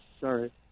sorry